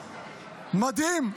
מדהים.